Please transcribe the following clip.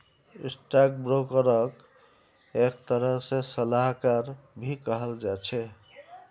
stock ब्रोकरक एक तरह से सलाहकार भी कहाल जा छे